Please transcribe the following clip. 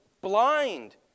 blind